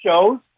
shows